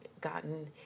gotten